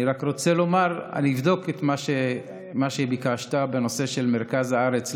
אני רוצה לומר שאבדוק את מה שביקשת בנושא של מרכז הארץ,